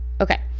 okay